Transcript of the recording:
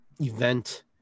event